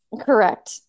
Correct